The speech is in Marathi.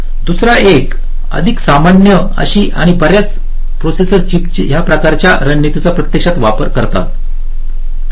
दुसरा एक अधिक सामान्य आशी आणि बर्याच प्रोसेसर चीप या प्रकारच्या रणनीतीचा प्रत्यक्षात वापर करतात